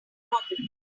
problem